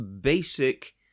basic